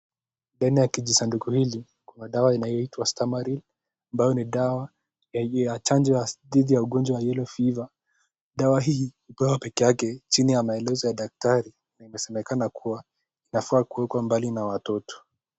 Ndani ya kijisanduku hili kuna dawa inayoitwa Stamaril ambayo ni dawa ya chanjo dhidi ya ugonjwa wa Yellow Fever . Dawa hii hupewa pekee yake chini ya maelezo ya daktari na imesemekana kuwa inafaa kuwekwa mbali na watoto.